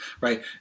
right